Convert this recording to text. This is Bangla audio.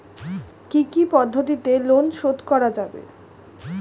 কি কি পদ্ধতিতে লোন শোধ করা যাবে?